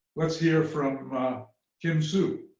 let's hear from kim sue.